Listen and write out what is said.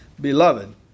Beloved